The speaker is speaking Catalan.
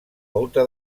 volta